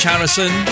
Harrison